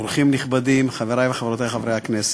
אורחים נכבדים, חברי וחברותי חברי הכנסת,